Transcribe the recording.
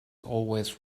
always